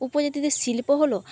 উপজাতিদের শিল্প হল